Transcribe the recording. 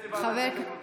לאיזו ועדה שאתם רוצים.